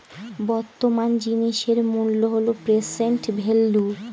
বর্তমান জিনিসের মূল্য হল প্রেসেন্ট ভেল্যু